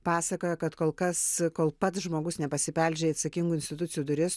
pasakoja kad kol kas kol pats žmogus nepasibeldžia į atsakingų institucijų duris